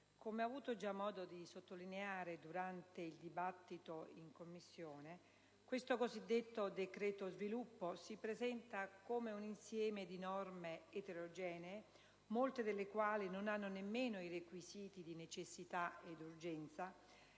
come ho già avuto modo di sottolineare durante il dibattito in Commissione, il cosiddetto decreto sviluppo si presenta come un insieme di norme eterogenee - molte delle quali non hanno nemmeno i requisiti di necessità e urgenza